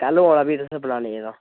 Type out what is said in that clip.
कैलू औना तुसें बनाने एह्दा